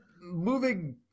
Moving